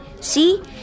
See